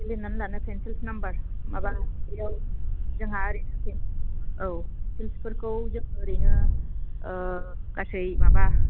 थु लिरनानै लानो pencils number माबा जोंहा ओरैनो पेन्सिल औ पेन्सिलफोरखौ जों ओरैनो गासै माबा